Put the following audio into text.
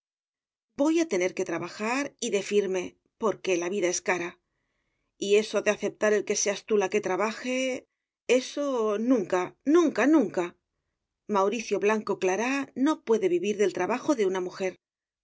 voy a tener que trabajar y de firme porque la vida es cara y eso de aceptar el que seas tú la que trabaje eso nunca nunca nunca mauricio blanco clará no puede vivir del trabajo de una mujer